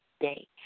day